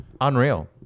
Unreal